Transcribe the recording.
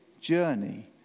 journey